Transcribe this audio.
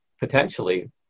potentially